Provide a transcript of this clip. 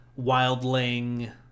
wildling